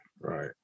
Right